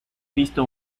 visto